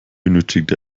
benötigt